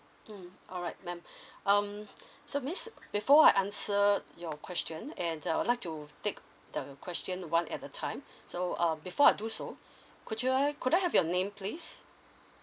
mm alright ma'am um so miss before I answer your question and uh I would like to take the question one at a time so um before I do so could you I could I have your name please